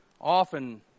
Often